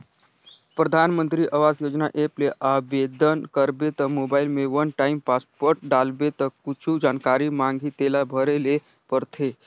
परधानमंतरी आवास योजना ऐप ले आबेदन करबे त मोबईल में वन टाइम पासवर्ड डालबे ता कुछु जानकारी मांगही तेला भरे ले परथे